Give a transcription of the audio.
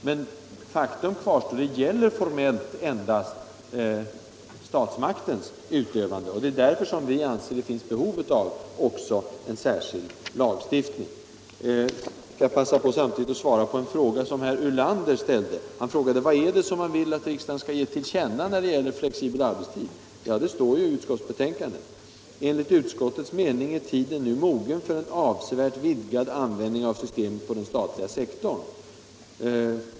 Men faktum kvarstår att bestämmelserna formellt endast gäller statsmaktens utövande. Det är därför vi anser att det finns behov av en särskild lagstiftning. Får jag samtidigt passa på att svara på en fråga som herr Ulander ställde. Han frågade vad det är vi vill att riksdagen skall ge till känna när det gäller den flexibla arbetstiden. Det står i utskottets betänkande: ”Enligt utskottets mening är tiden nu mogen för en avsevärt vidgad användning av systemet på den statliga sektorn.